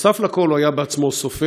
נוסף על הכול הוא היה בעצמו סופר,